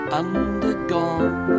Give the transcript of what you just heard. undergone